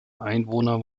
einwohner